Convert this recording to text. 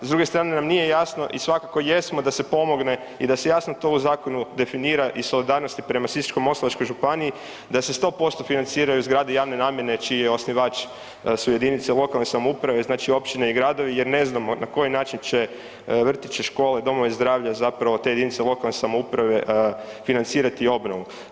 S druge strane nam nije jasno i svakako jesmo da se pomogne i da se jasno to u zakonu definira iz solidarnosti prema Sisačko-moslavačkoj županiji da se 100% financiraju zgrade javne namjene čiji su osnivači jedinice lokalne samouprave znači općine i gradovi jer ne znamo na koji način će vrtiće, škole, domove zdravlja zapravo te jedinice lokalne samouprave financirat obnovu.